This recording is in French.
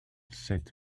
cette